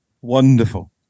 wonderful